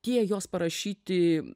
tie jos parašyti